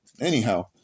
Anyhow